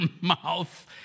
mouth